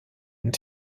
und